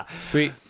Sweet